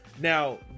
Now